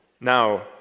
Now